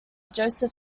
joseph